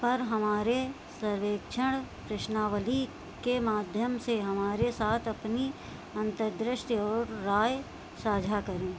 और हमारे सर्वेक्षण प्रश्नावली के माध्यम से हमारे साथ अपनी अंतर्दृष्टि और राय साझा करें